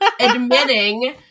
admitting